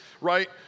right